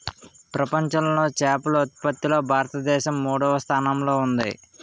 ప్రపంచంలో చేపల ఉత్పత్తిలో భారతదేశం మూడవ స్థానంలో ఉంది